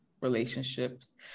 relationships